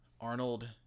Arnold